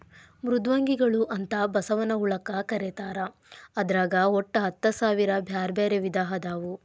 ಮೃದ್ವಂಗಿಗಳು ಅಂತ ಬಸವನ ಹುಳಕ್ಕ ಕರೇತಾರ ಅದ್ರಾಗ ಒಟ್ಟ ಹತ್ತಸಾವಿರ ಬ್ಯಾರ್ಬ್ಯಾರೇ ವಿಧ ಅದಾವು